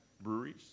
breweries